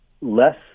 less